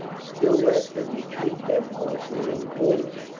still less that we treat them harshly and cruelly.